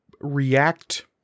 react